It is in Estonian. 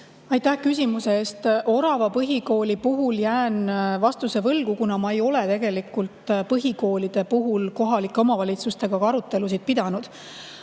Aitäh küsimuse eest! Orava põhikooli puhul jään vastuse võlgu, kuna ma ei ole põhikoolide üle kohalike omavalitsustega arutelusid pidanud.